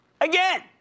Again